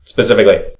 Specifically